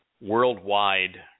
worldwide